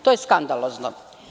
To je skandalozno.